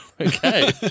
Okay